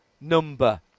number